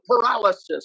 paralysis